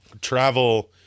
travel